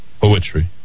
poetry